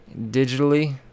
digitally